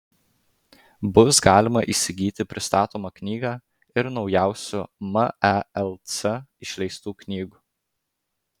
bus galima įsigyti pristatomą knygą ir naujausių melc išleistų knygų